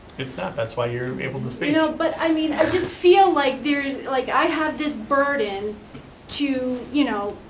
it's not, that's why you're able to speak. you know but i mean i just feel like there is, like i have this burden to, you know,